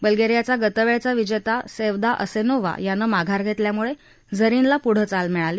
ब्लगेरियाचा गतवेळेचा विजेता Sevda Asenova यानं माघार घेतल्यामुळे झरीनला पुढं चाल मिळाली